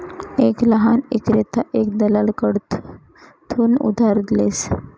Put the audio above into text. एक लहान ईक्रेता एक दलाल कडथून उधार लेस